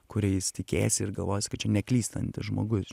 kuriais tikėsi ir galvosi kad čia neklystantis žmogus